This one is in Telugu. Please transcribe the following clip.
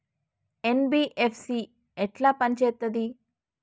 ఎన్.బి.ఎఫ్.సి ఎట్ల పని చేత్తది?